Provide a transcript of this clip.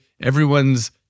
everyone's